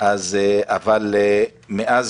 אבל לב העניין